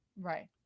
right